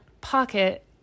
pocket